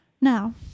Now